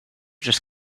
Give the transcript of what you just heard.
just